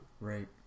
Right